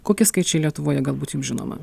kokie skaičiai lietuvoje galbūt jums žinoma